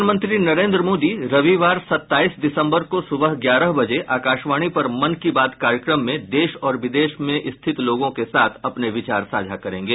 प्रधानमंत्री नरेंद्र मोदी रविवार सत्ताइस दिसम्बर को सुबह ग्यारह बजे आकाशवाणी पर मन की बात कार्यक्रम में देश और विदेश में स्थित लोगों के साथ अपने विचार साझा करेंगे